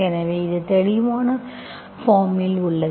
எனவே இது தெளிவான பார்ம் இல் உள்ளது